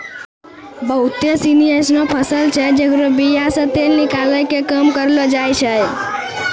बहुते सिनी एसनो फसल छै जेकरो बीया से तेल निकालै के काम करलो जाय छै